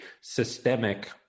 systemic